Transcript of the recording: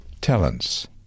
Talents